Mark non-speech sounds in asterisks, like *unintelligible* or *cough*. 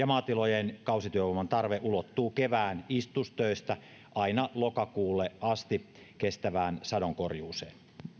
*unintelligible* maatilojen kausityövoiman tarve ulottuu kevään istutustöistä aina lokakuulle asti kestävään sadonkorjuuseen